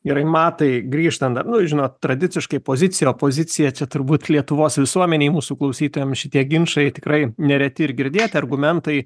gerai matai grįžtam da nu žinot tradiciškai pozicija opozicija čia turbūt lietuvos visuomenei mūsų klausytojam šitie ginčai tikrai nereti ir girdėti argumentai